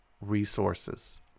resources